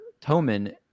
Toman